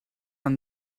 han